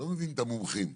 לא מביאים את המומחים.